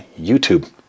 youtube